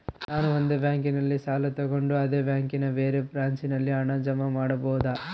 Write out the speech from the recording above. ನಾನು ಒಂದು ಬ್ಯಾಂಕಿನಲ್ಲಿ ಸಾಲ ತಗೊಂಡು ಅದೇ ಬ್ಯಾಂಕಿನ ಬೇರೆ ಬ್ರಾಂಚಿನಲ್ಲಿ ಹಣ ಜಮಾ ಮಾಡಬೋದ?